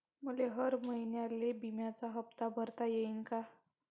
मले हर महिन्याले बिम्याचा हप्ता भरता येईन का?